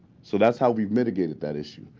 so that's how we've mitigated that issue.